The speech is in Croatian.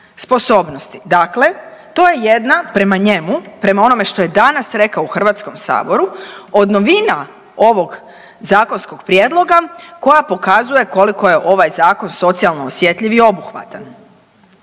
sposobnosti. Dakle, to je jedna prema njemu, prema onome što je danas rekao u HS, od novina ovog zakonskog prijedloga koja pokazuje koliko je ovaj zakon socijalno osjetljiv i obuhvatan.